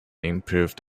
improved